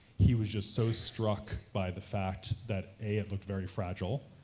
he was just so struck by the fact that a it looked very fragile,